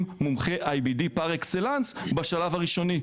מומחה IBD פר-אקסלנס בשלב הראשוני,